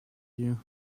you